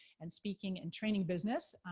and speaking, and training business.